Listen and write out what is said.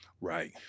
Right